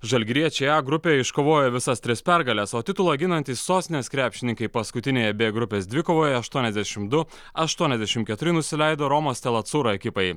žalgiriečiai a grupėje iškovojo visas tris pergales o titulą ginantys sostinės krepšininkai paskutinėje b grupės dvikovoje aštuoniasdešim du aštuoniasdešim keturi nusileido romos stellazzurra ekipai